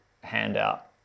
handout